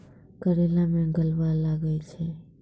करेला मैं गलवा लागे छ?